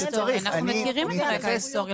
אנחנו מכירים את הרקע ההיסטורי.